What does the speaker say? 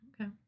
okay